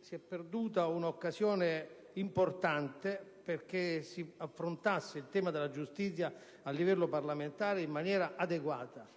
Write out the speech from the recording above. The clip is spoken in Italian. sia perduta un'occasione importante per affrontare il tema della giustizia a livello parlamentare in maniera adeguata.